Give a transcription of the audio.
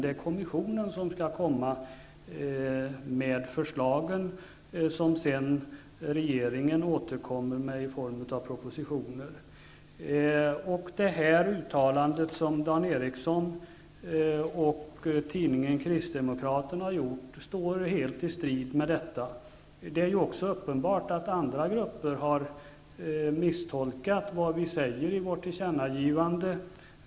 Det är kommissionen som skall komma med förslagen, som regeringen sedan återkommer med i form av propositioner. Det uttalande som Dan Ericsson och tidningen Kristdemokraten har gjort står helt i strid med detta. Det är också uppenbart att andra grupper har misstolkat vad vi säger i vårt tillkännagivande.